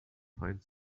find